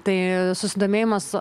tai susidomėjimas